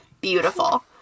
Beautiful